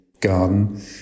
garden